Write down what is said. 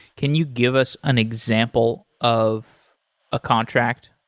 can you give us an example of a contract?